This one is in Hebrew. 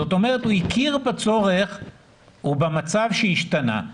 זאת אומרת הוא הכיר בצורך ובמצב שהשתנה.